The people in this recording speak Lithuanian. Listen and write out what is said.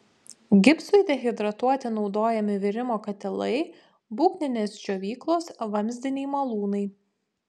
gipsui dehidratuoti naudojami virimo katilai būgninės džiovyklos vamzdiniai malūnai